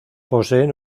poseen